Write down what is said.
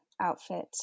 outfit